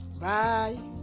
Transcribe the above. Bye